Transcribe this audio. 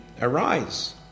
arise